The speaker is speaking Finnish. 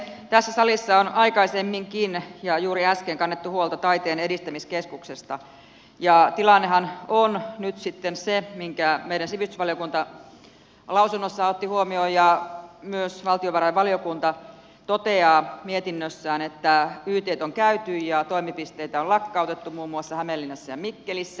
tässä salissa on aikaisemminkin ja juuri äsken kannettu huolta taiteen edistämiskeskuksesta ja tilannehan on nyt sitten se minkä meidän sivistysvaliokunta lausunnossaan otti huomioon ja myös valtiovarainvaliokunta toteaa mietinnössään että ytt on käyty ja toimipisteitä on lakkautettu muun muassa hämeenlinnassa ja mikkelissä